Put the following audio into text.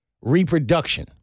reproduction